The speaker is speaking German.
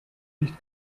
nicht